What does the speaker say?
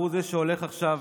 חבר הכנסת סעדה,